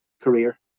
career